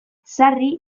sarri